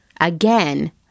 Again